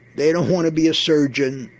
they don't want to be a surgeon.